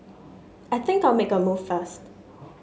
I think I'll make a move first